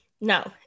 No